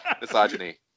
misogyny